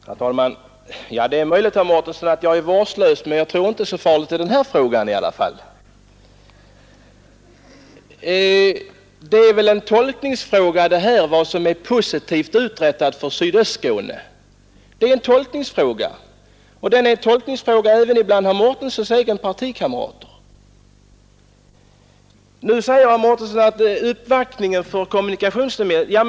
Herr talman! Det är möjligt, herr Mårtensson, att jag är vårdslös, men jag tror inte att det är så farligt i den här frågan i alla fall. Det är väl en tolkningsfråga vad som är positivt för sydöstra Skåne. Det är en tolkningsfråga även bland herr Mårtenssons egna partikamrater. Herr Mårtensson talade om uppvaktningen för kommunikationsministern.